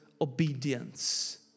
obedience